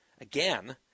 again